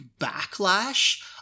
backlash